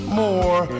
more